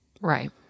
Right